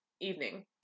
evening